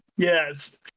Yes